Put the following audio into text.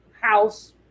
house